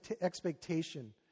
expectation